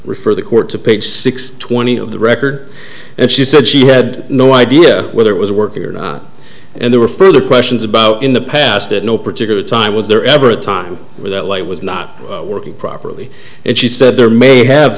refer the court to page six twenty of the record and she said she had no idea whether it was working or not and there were further questions about in the past in no particular time was there ever a time where that light was not working properly and she said there may have